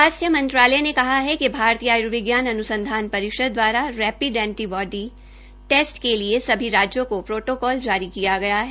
स्वास्थ्य मंत्रालय ने कहा है कि भारतीय आयूर्विज्ञान अन्संधान परिषद दवारा रेपिड एंटी बोडी टेस्ट के लिए सभी राज्यों को प्रोटोकॉल जारी किया गया है